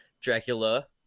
Dracula